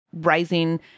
rising